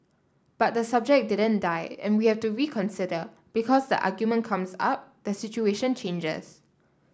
but the subject didn't die and we have to reconsider because the argument comes up the situation changes